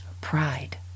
pride